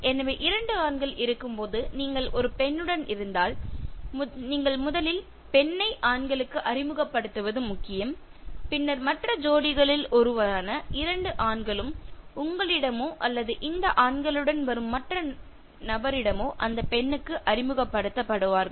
எனவே இரண்டு ஆண்கள் இருக்கும் பொது நீங்கள் ஒரு பெண்ணுடன் இருந்தால் நீங்கள் முதலில் பெண்ணை ஆண்களுக்கு அறிமுகப்படுத்துவது முக்கியம் பின்னர் மற்ற ஜோடிகளில் ஒருவரான இரண்டு ஆண்களும் உங்களிடமோ அல்லது இந்த ஆண்களுடன் வரும் மற்ற நபரிடமோ அந்த பெண்ணுக்கு அறிமுகப்படுத்தப்படுவார்கள்